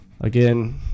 again